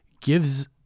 gives